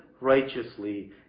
righteously